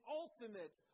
ultimate